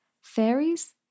fairies